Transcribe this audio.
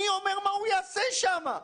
מי אומר מה הוא יעשה שם?